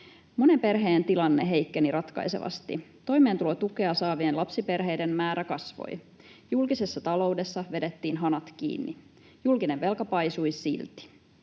”Monen perheen tilanne heikkeni ratkaisevasti. Toimeentulotukea saavien lapsiperheiden määrä kasvoi. Julkisessa taloudessa vedettiin hanat kiinni. Julkinen velka paisui silti.